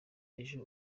ejo